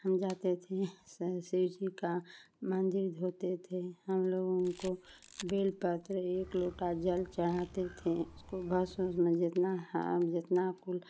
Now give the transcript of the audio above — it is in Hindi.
हम जाते थे शिव जी का मन्दिर धोते थे हमलोग उनको बेलपत्र एक लोटा जल चढ़ाते थे तो जितना है जितना कोई